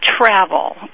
travel